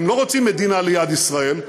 הם לא רוצים מדינה ליד ישראל,